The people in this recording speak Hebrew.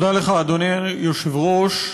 אדוני היושב-ראש,